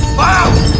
wow!